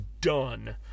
done